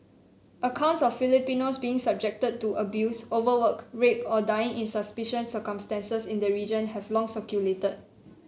accounts of Filipinos being subjected to abuse overwork rape or dying in suspicious circumstances in the region have long circulated